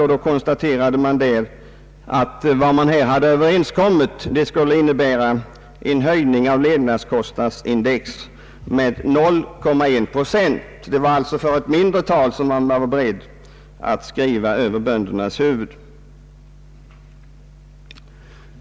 I den konstaterades att förhandlingsöverenskommelserna skulle innebära en höjning av levnadskostnadsindex med 0,1 procent. Det var alltså för en mindre höjning man varit beredd att skriva över böndernas huvud.